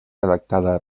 redactada